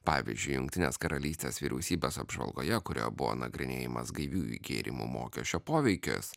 pavyzdžiui jungtinės karalystės vyriausybės apžvalgoje kurioje buvo nagrinėjamas gaiviųjų gėrimų mokesčio poveikis